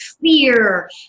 fear